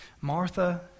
Martha